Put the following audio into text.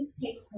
take